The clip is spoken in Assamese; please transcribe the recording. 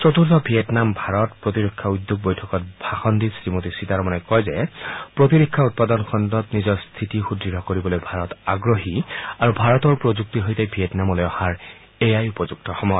চতুৰ্থ ভিয়েটনাম ভাৰত প্ৰতিৰক্ষা উদ্যোগ বৈঠকত ভাষণ দি শ্ৰীমতী সীতাৰমণে কয় যে প্ৰতিৰক্ষা উৎপাদন খণ্ডত নিজৰ স্থিতি সুদুঢ় কৰিবলৈ ভাৰত আগ্ৰহী আৰু ভাৰতৰ প্ৰযুক্তিৰ সৈতে ভিয়েটনামলৈ অহাৰ এয়াই উপযুক্ত সময়